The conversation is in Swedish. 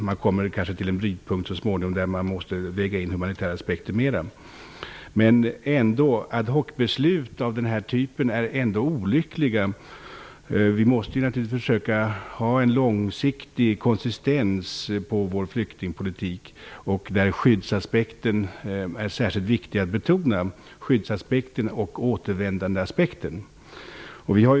Kanske kommer man så småningom till en brytpunkt där man måste väga in humanitära aspekter i högre grad. Men ad hoc-beslut av den här typen är ändå olyckliga. Vi måste försöka ha en långsiktig konsistens på vår flyktingpolitik, där skyddsaspekten och återvändandeaspekten är särskilt viktiga att betona.